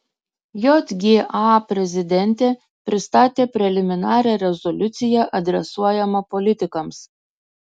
jga prezidentė pristatė preliminarią rezoliuciją adresuojamą politikams